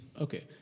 Okay